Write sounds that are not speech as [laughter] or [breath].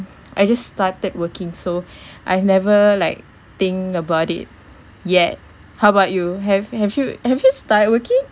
I just started working so [breath] I've never like think about it yet how about you have have you have you start working